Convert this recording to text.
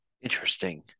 Interesting